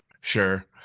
sure